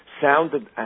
sounded